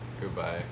Goodbye